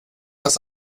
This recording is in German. das